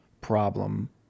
problem